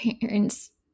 parents